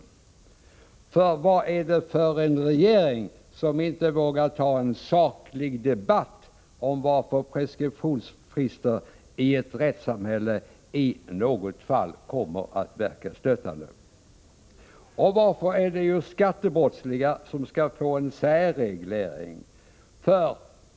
Vad är det för regering som inte vågar ta en saklig debatt om varför preskriptionsfrister i ett rättssamhälle i något fall kommer att verka stötande? Och varför är det just skattebrottslingar som skall få en särreglering?